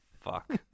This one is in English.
Fuck